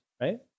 right